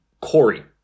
Corey